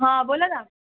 हां बोला ना